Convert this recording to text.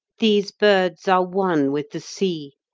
these birds are one with the sea,